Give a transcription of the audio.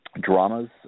dramas